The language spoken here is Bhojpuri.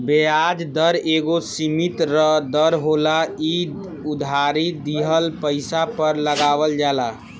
ब्याज दर एगो सीमित दर होला इ उधारी दिहल पइसा पर लगावल जाला